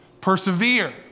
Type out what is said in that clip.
Persevere